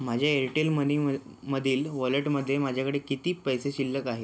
माझ्या एअरटेल मनीमधील वॉलेटमध्ये माझ्याकडे किती पैसे शिल्लक आहे